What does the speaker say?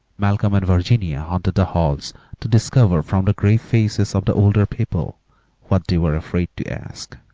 malcolm and virginia haunted the halls to discover from the grave faces of the older people what they were afraid to ask,